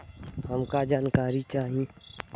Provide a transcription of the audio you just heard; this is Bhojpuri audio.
हमका जानकारी चाही?